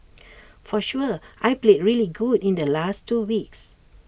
for sure I played really good in the last two weeks